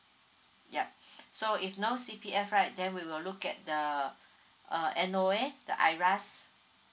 ya so if no C_P_F right then we will look at the uh the N_O_A I R A S